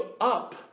up